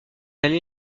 allé